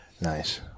Nice